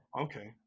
Okay